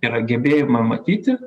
yra gebėjimą matyti